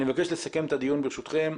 אני מבקש לסכם את הדיון, ברשותכם.